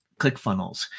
ClickFunnels